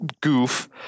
goof